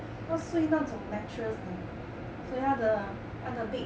她睡那种 mattress 的所以她的她的 bed